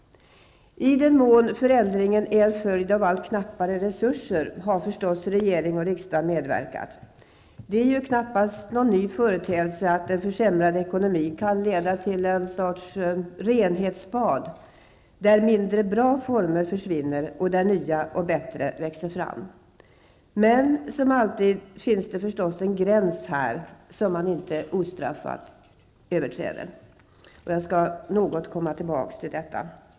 I den mån förändringen är en följd av allt knappare resurser har förstås regering och riksdag medverkat. Det är ju knappast någon ny företeelse att en försämrad ekonomi kan leda till ett slags renhetsbad, där mindre bra former försvinner och där nya och bättre växer fram. Men som alltid finns det förstås en gräns här som man inte ostraffat överträder. Jag skall något återkomma till detta.